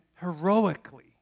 heroically